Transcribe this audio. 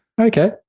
Okay